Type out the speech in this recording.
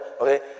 okay